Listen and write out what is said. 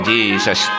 Jesus